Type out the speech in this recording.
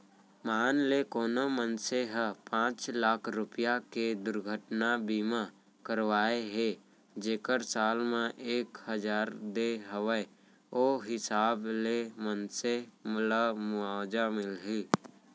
मान ले कोनो मनसे ह पॉंच लाख रूपया के दुरघटना बीमा करवाए हे जेकर साल म एक हजार दे हवय ओ हिसाब ले मनसे ल मुवाजा मिलही